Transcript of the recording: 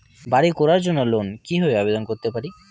বাড়ি করার জন্য লোন কিভাবে আবেদন করতে পারি?